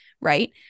right